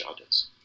others